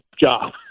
job